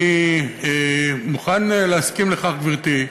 אני מוכן להסכים לכך, גברתי.